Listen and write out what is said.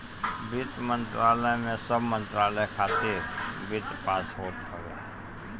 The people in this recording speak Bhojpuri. वित्त मंत्रालय में सब मंत्रालय खातिर वित्त पास होत हवे